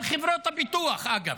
גם חברות הביטוח.